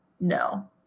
no